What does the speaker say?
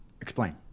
Explain